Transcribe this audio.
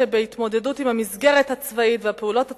שבהתמודדות עם המסגרת הצבאית והפעולות הצבאיות,